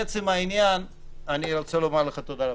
לעצם העניין אני רוצה לומר לך תודה רבה.